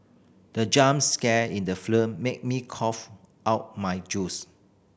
the jump scare in the film made me cough out my juice